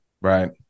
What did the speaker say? Right